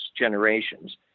generations